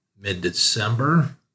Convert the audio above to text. mid-December